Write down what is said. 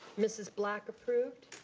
mrs. black approved.